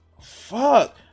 Fuck